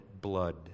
blood